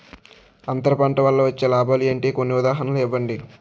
అంతర పంట వల్ల వచ్చే లాభాలు ఏంటి? కొన్ని ఉదాహరణలు ఇవ్వండి?